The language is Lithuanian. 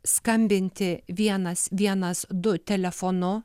skambinti vienas vienas du telefonu